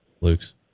Luke's